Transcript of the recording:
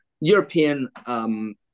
European